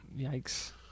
Yikes